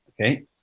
Okay